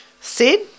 Sid